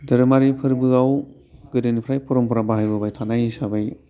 धोरोमारि फोरबोआव गोदोनिफ्राय फरम्फरा बाहायबोबाय थानाय हिसाबै